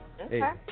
Okay